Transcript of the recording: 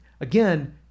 again